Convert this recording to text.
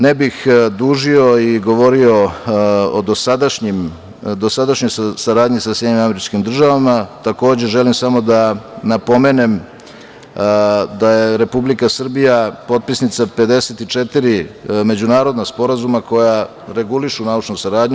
Ne bih dužio i govorio o dosadašnjoj saradnji sa SAD, takođe želim samo da napomenem da je Republika Srbija potpisnica 54 međunarodna sporazuma koja regulišu naučnu saradnju.